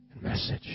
message